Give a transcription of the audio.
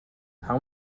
how